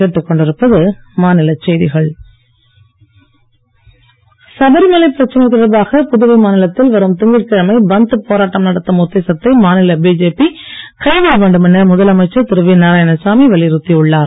நாராயணசாமி சபரிமலை பிரச்சனை தொடர்பாக புதுவை மாநிலத்தில் வரும் திங்கட்கிழமை பந்த் போராட்டம் நடத்தும் உத்தேசத்தை மாநில பிஜேபி கைவிட வேண்டும் என முதலமைச்சர் திரு வி நாராயணசாமி வலியுறுத்தி உள்ளார்